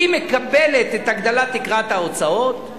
היא מקבלת את הגדלת תקרת ההוצאות,